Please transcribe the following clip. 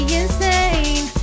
insane